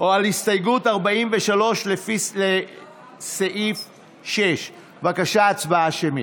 אחרי סעיף 6. בבקשה, הצבעה שמית.